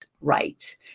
right